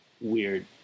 weird